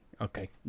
Okay